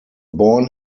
born